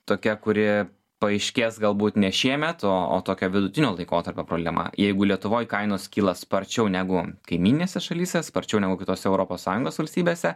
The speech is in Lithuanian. tokia kuri paaiškės galbūt ne šiemet o o tokio vidutinio laikotarpio problema jeigu lietuvoj kainos kyla sparčiau negu kaimyninėse šalyse sparčiau negu kitose europos sąjungos valstybėse